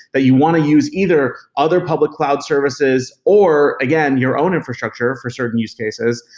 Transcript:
that you want to use either other public cloud services or, again, your own infrastructure for certain use cases,